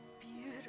beautiful